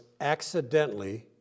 accidentally